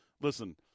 listen